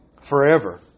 forever